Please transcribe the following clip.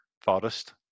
Forest